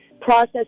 process